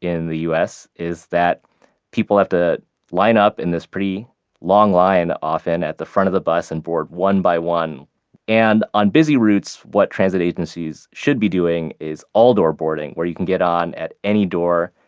in the us is that people have to line up in this pretty long line, often at the front of the bus and board one by one and on busy routes, what transit agencies should be doing is all-door boarding where you can get on at any door.